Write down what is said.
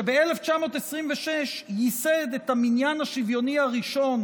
שב-1926 ייסד את המניין השוויוני הראשון